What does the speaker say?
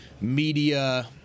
media